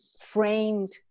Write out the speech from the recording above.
framed